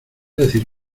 decir